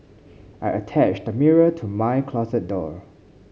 I attached a mirror to my closet door